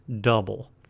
double